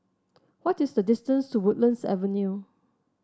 what is the distance to Woodlands Avenue